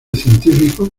científico